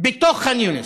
בתוך ח'אן יונס.